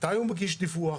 מתי הוא מגיש דיווח,